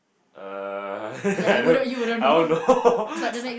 err I don't I don't know